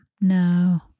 No